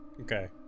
Okay